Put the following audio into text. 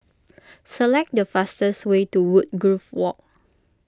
select the fastest way to Woodgrove Walk